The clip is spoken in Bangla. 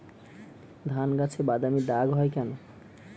ধানগাছে বাদামী দাগ হয় কেন?